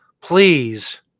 please